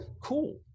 Cool